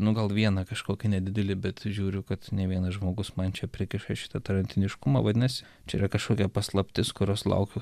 nu gal vieną kažkokį nedidelį bet žiūriu kad ne vienas žmogus man čia prikiša šitą tarantiniškumą vadinasi čia yra kažkokia paslaptis kurios laukiau